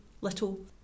little